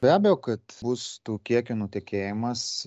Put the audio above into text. be abejo kad bus tų kiekių nutekėjimas